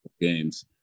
games